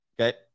Okay